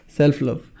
self-love